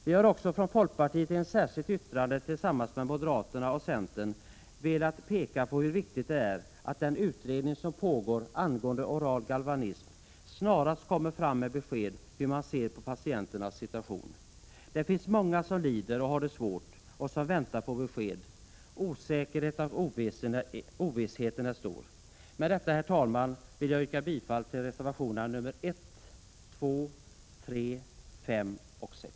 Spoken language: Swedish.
Vi har också från folkpartiet i ett särskilt yttrande tillsammans med moderaterna och centern velat peka på hur viktigt det är att den utredning som pågår angående oral galvanism snarast kommer fram med besked om hur man ser på patienternas situation. Det finns många som lider och har det svårt och som väntar på besked. Osäkerheten och ovissheten är stor. Med detta, herr talman, yrkar jag bifall till reservationerna nr 1, 2, 3, 5 och 6.